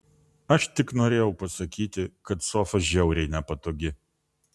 aš tik norėjau pasakyti kad sofa žiauriai nepatogi